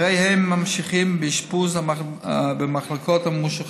הרי הם ממשיכים באשפוז ממושך במחלקות.